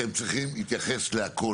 אתם צריכים להתייחס לכל.